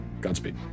Godspeed